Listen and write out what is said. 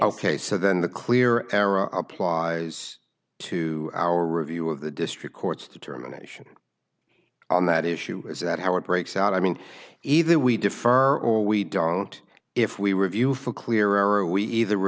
ok so then the clear error applies to our review of the district court's determination on that issue is that how it breaks out i mean either we defer or we don't if we review for clear or we either